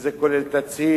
וזה כולל תצהיר